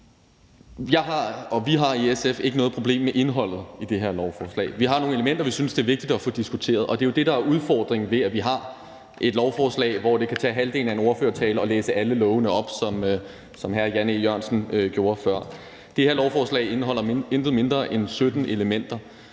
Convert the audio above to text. har og vi har i SF ikke noget problem med indholdet i det her lovforslag. Vi har nogle elementer, vi synes det er vigtigt at få diskuteret, og det er jo det, der er udfordringen ved, at vi har et lovforslag, hvor det kan tage halvdelen af en ordførertale at læse alle lovene op, som hr. Jan E. Jørgensen gjorde før. Det her lovforslag indeholder intet mindre end 17 elementer,